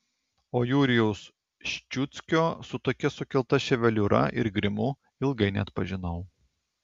o jurijaus ščiuckio su tokia sukelta ševeliūra ir grimu ilgai neatpažinau